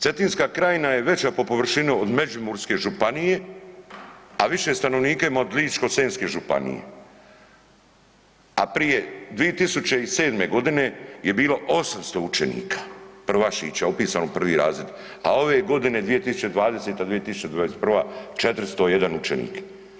Cetinska krajina je veća po površini od Međimurske županije, a više stanovnika ima od Ličko-senjske županije, a prije 2007. godine je bilo 800 učenika prvašića upisano u 1. razred, a ove godine 2020.-2021. 401 učenik.